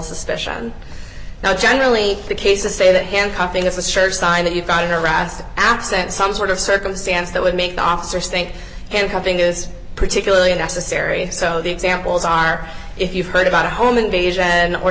suspicion now generally the case to say that handcuffing is a sure sign that you've got harassed absent some sort of circumstance that would make the officer stink and having this particularly unnecessary so the examples are if you've heard about a home invasion or